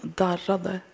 darrade